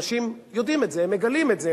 אנשים יודעים את זה, הם מגלים את זה.